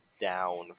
down